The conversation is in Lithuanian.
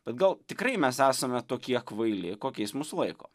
bet gal tikrai mes esame tokie kvaili kokiais mus laiko